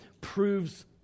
proves